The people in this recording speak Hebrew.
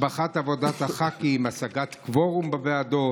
השבחת עבודת הח"כים, השגת קוורום בוועדות,